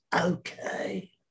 okay